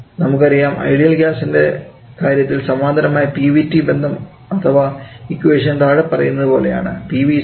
നമുക്കറിയാം ഐഡിയൽ ഗ്യാസ്ൻറെ കാര്യത്തിൽ സമാന്തരമായ P v T ബന്ധം അഥവാ ഇക്വേഷൻ താഴെ പറയുന്നതു പോലെയാണു് തന്നിരിക്കുന്നത്